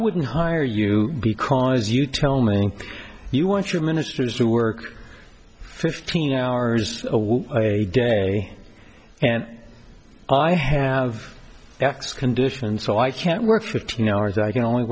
wouldn't hire you because you tell me you want your ministers to work fifteen hours a day and i have x conditions so i can't work fifteen hours i can only